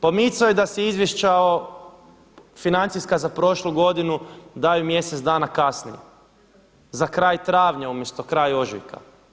Pomicao je da se izvješća financijska za prošlu godinu daju mjesec dana kasnije za kraj travnja umjesto kraj ožujka.